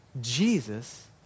Jesus